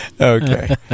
okay